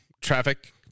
traffic